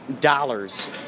dollars